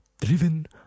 Driven